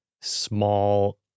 small